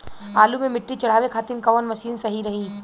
आलू मे मिट्टी चढ़ावे खातिन कवन मशीन सही रही?